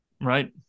Right